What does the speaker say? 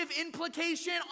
implication